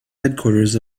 headquarters